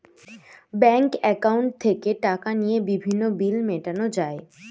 bank অ্যাকাউন্টে থেকে টাকা নিয়ে বিভিন্ন বিল মেটানো যায়